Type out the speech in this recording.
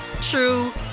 true